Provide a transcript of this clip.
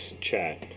chat